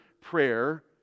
prayer